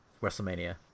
Wrestlemania